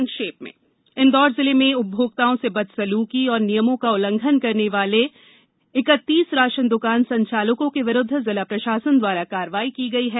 संक्षिप्त समाचार इंदौर जिले में उपभोक्ताओं से बदसलूकी और नियमों का उल्लंघन करने वाले इकत्तीस राशन द्रकान संचालकों के विरुद्ध जिला प्रशासन द्वारा कार्यवाही की गई है